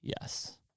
Yes